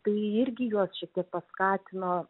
tai irgi juos šiek tiek paskatino